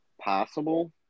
possible